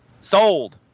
Sold